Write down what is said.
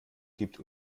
gibt